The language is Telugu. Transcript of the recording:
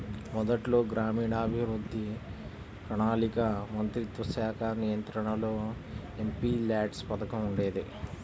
మొదట్లో గ్రామీణాభివృద్ధి, ప్రణాళికా మంత్రిత్వశాఖ నియంత్రణలో ఎంపీల్యాడ్స్ పథకం ఉండేది